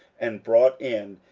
and brought in,